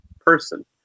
person